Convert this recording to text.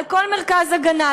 על כל מרכז הגנה,